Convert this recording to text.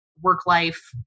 work-life